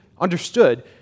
understood